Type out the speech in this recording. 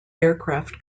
aircraft